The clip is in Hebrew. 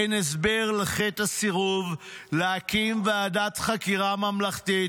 אין הסבר לחטא הסירוב להקים ועדת חקירה ממלכתית,